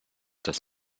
das